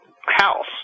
house